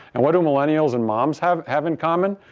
and, what do millennials and moms have have in common?